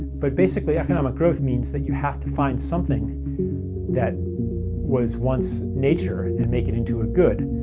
but basically economic growth means that you have to find something that was once nature and make it into a good,